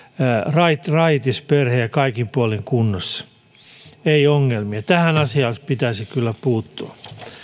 raitis raitis perhe ja kaikin puolin kunnossa ei ongelmia tähän asiaan pitäisi kyllä puuttua